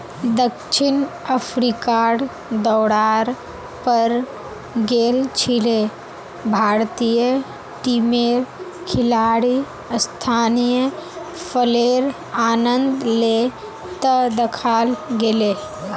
दक्षिण अफ्रीकार दौरार पर गेल छिले भारतीय टीमेर खिलाड़ी स्थानीय फलेर आनंद ले त दखाल गेले